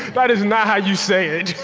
that is not how you say it.